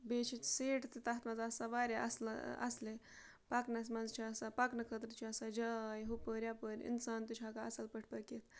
بیٚیہِ چھِ سیٖٹہٕ تہِ تَتھ منٛز آسان واریاہ اَصلہٕ اَصلہِ پَکنَس منٛز چھِ آسان پَکنہٕ خٲطرٕ چھِ آسان جاے ہُپٲرۍ یَپٲرۍ اِنسان تہِ چھُ ہٮ۪کان اَصٕل پٲٹھۍ پٔکِتھ